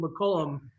McCollum